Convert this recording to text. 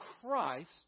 Christ